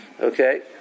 Okay